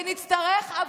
ונצטרך,